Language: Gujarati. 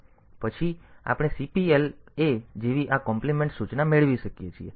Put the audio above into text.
પછી આપણે CPL A જેવી આ કોમ્પ્લીમેન્ટ સૂચના મેળવી શકીએ છીએ